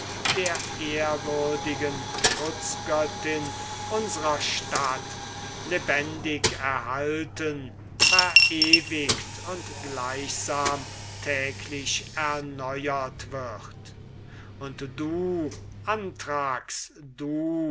der ehrwürdigen schutzgöttin unsrer stadt lebendig erhalten verewigt und gleichsam täglich erneuert wird und du